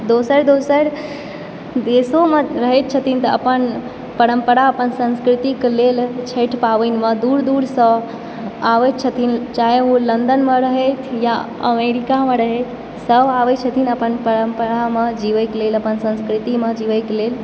दोसर दोसर देशोमे रहय छथिन तऽ अपन परम्परा अपन संस्कृतिकऽ लेल छठि पाबनिमऽ दूर दूरसँ आबय छथिन चाहे ओ लन्दनमे रहथि वा अमेरिकामे रहथि सभ आबय छथिन अपन परम्परामे जीबयके लेल अपन संस्कृतिमे जीबयके लेल